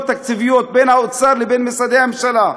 תקציביות בין האוצר לבין משרדי הממשלה,